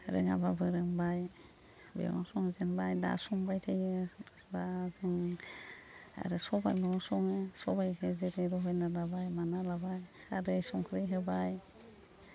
रोङाबाबो रोंबाय मैगं संजेनबाय दा संबाय थायो दस्रा जों आरो सबाइ मैगं सङो सबाइखौ जेरै रुग्रोना लाबाय माना लाबाय आरो संख्रि होबाय